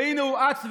והינה הוא אץ ורץ,